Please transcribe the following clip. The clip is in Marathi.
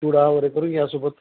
चिवडावगैरे करून घ्या सोबत